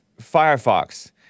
Firefox